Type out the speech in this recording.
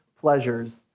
pleasures